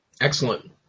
Excellent